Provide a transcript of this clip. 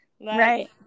Right